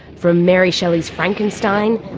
from mary shelley's frankenstein